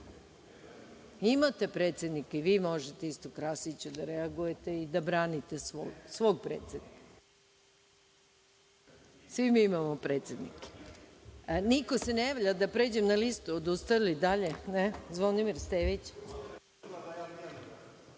predsednika i vi možete isto, Krasiću, da reagujete i da branite svog predsednika. Svi mi imamo predsednike. Ako se niko ne javlja, da pređem na listu, odustali dalje? (Ne.)Reč ima